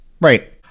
right